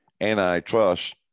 antitrust